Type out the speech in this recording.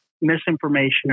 misinformation